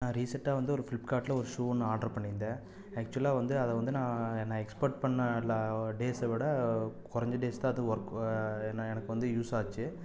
நான் ரீசெண்டாக வந்து பிளிப்கார்ட்டில் ஒரு ஷூ ஒன்று ஆர்ட்ரு பண்ணியிருந்தேன் ஆக்சுவலாக வந்து அதை வந்து நான் எக்ஸ்பேட் பண்ண டேஸ்ஸை விட குறஞ்ச டேஸ்தான் அது வொர்க் எனக்கு வந்து யூஸ் ஆச்சு